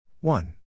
one